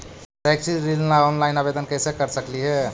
शैक्षिक ऋण ला ऑनलाइन आवेदन कैसे कर सकली हे?